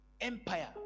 empire